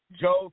Joe